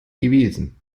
gewesen